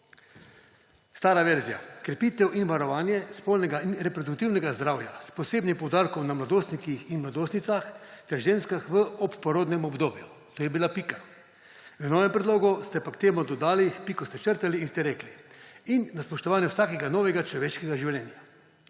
Stara verzija. Krepitev in varovanje spolnega in reproduktivnega zdravja s posebnim poudarkom na mladostnikih in mladostnicah ter ženskah v obporodnem obdobju. Tu je bila pika. V novem predlogu ste pa k temu dodali, piko ste črtali in ste rekli – »in na spoštovanju vsakega novega človeškega življenja«.